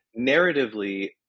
narratively